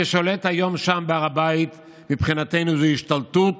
ששולט כיום בהר הבית, מבחינתנו זו השתלטות,